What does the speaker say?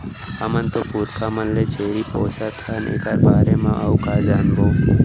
हमर तो पुरखा मन ले छेरी पोसत हन एकर बारे म अउ का जानबो?